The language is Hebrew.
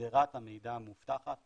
שדרת המידע המאובטחת,